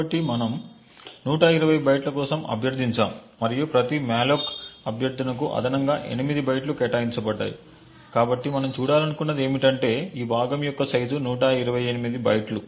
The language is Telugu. కాబట్టి మనము 120 బైట్ల కోసం అభ్యర్థించాము మరియు ప్రతి మాలోక్ అభ్యర్థనకు అదనంగా 8 బైట్లు కేటాయించబడ్డాయి కాబట్టి మనం చూడాలనుకుంటున్నది ఏమిటంటే ఈ భాగం యొక్క సైజు 128 బైట్లు